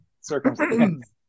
circumstance